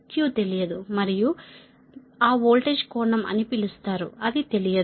Q తెలియదు మరియు మీరు ఆ వోల్టేజ్ కోణం అని పిలుస్తారు అది తెలియదు